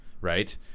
right